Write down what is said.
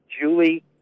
Julie